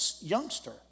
youngster